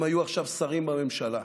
הם היו עכשיו שרים בממשלה.